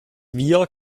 wir